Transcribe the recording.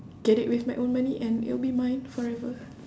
get it with my own money and it'll be mine forever